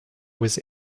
was